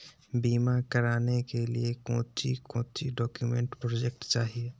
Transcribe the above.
बीमा कराने के लिए कोच्चि कोच्चि डॉक्यूमेंट प्रोजेक्ट चाहिए?